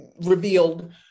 revealed